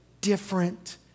different